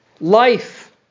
Life